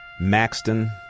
Maxton